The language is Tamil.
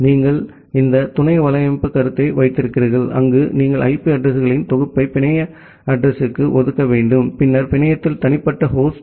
நீங்கள் இந்த துணை வலையமைப்பு கருத்தை வைத்திருக்கிறீர்கள் அங்கு நீங்கள் ஐபி அட்ரஸிங்களின் தொகுப்பை பிணைய அட்ரஸிங்க்கு ஒதுக்க வேண்டும் பின்னர் பிணையத்தில் தனிப்பட்ட ஹோஸ்ட்